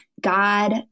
God